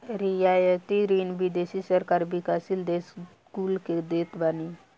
रियायती ऋण विदेशी सरकार विकासशील देस कुल के देत बानी